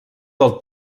del